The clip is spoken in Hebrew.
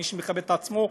מי שמכבד את עצמו,